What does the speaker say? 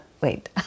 wait